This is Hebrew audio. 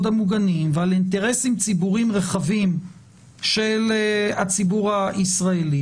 המוגנים ועל אינטרסים ציבוריים רחבים של הציבור הישראלי,